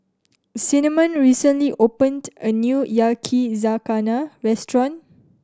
Cinnamon recently opened a new Yakizakana Restaurant